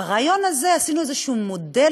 וברעיון הזה עשינו איזשהו מודל,